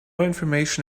information